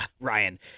Ryan